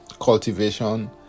cultivation